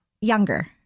younger